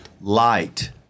light